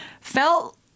Felt